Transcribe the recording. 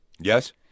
Yes